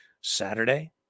Saturday